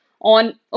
on